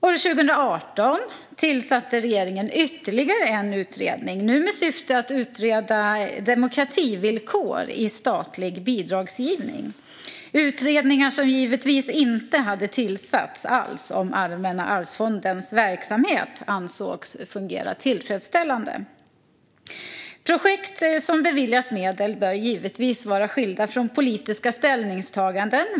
År 2018 tillsatte regeringen ytterligare en utredning, nu med syfte att utreda demokrativillkor i statlig bidragsgivning. Detta är utredningar som givetvis inte hade tillsatts om Allmänna arvsfondens verksamhet hade ansetts fungera tillfredsställande. Projekt som beviljas medel bör givetvis vara skilda från politiska ställningstaganden.